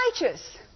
righteous